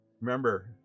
remember